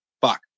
Fuck